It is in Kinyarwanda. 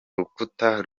rukuta